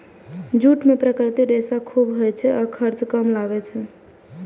jute मे प्राकृतिक रेशा खूब होइ छै आ खर्चो कम लागै छै